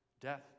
death